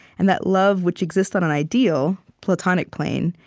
and that love, which exists on an ideal, platonic plane,